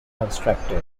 constructed